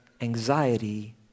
anxiety